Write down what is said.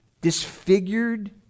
disfigured